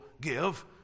give